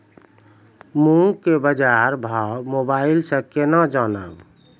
मूंग के बाजार भाव मोबाइल से के ना जान ब?